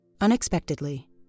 Unexpectedly